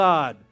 God